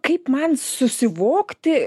kaip man susivokti